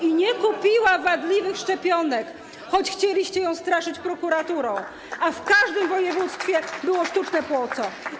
Ooo!... ...i nie kupiła wadliwych szczepionek, choć chcieliście ją straszyć prokuraturą, a w każdym województwie było sztuczne płuco.